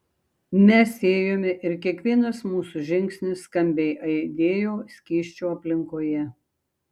mes ėjome ir kiekvienas mūsų žingsnis skambiai aidėjo skysčių aplinkoje